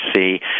see